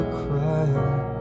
crying